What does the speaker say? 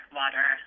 water